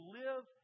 live